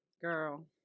Girl